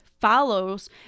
follows